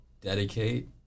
dedicate